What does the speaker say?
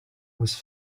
was